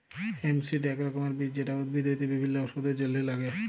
hemp seed এক রকমের বীজ যেটা উদ্ভিদ হইতে বিভিল্য ওষুধের জলহে লাগ্যে